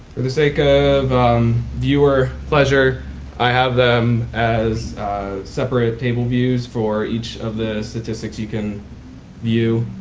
the the sake of viewer pleasure i have them as separated table views for each of the statistics you can view